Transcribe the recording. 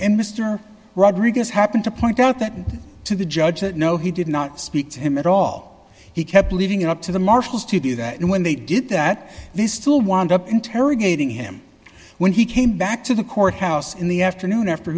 and mr rodriguez happened to point out that to the judge that no he did not speak to him at all he kept leaving it up to the marshals to do that and when they did that they still want up interrogating him when he came back to the courthouse in the afternoon after